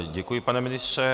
Děkuji, pane ministře.